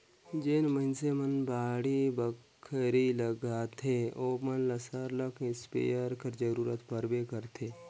जेन मइनसे मन बाड़ी बखरी लगाथें ओमन ल सरलग इस्पेयर कर जरूरत परबे करथे